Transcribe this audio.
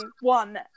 one